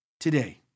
Today